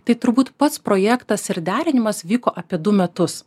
tai turbūt pats projektas ir derinimas vyko apie du metus